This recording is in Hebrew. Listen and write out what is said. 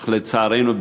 אך לצערנו,